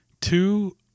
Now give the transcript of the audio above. two